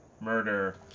murder